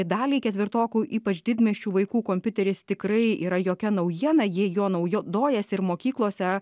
daliai ketvirtokų ypač didmiesčių vaikų kompiuteris tikrai yra jokia naujiena jie juo naudojasi ir mokyklose